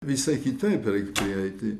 visai kitaip reik prieiti